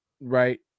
Right